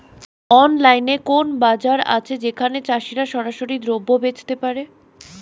অনলাইনে কোনো বাজার আছে যেখানে চাষিরা সরাসরি দ্রব্য বেচতে পারে?